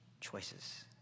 choices